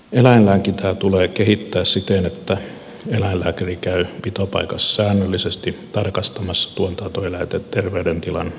eläinlääkintää tulee kehittää siten että eläinlääkäri käy pitopaikassa säännöllisesti tarkastamassa tuotantoeläinten terveydentilan